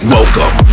Welcome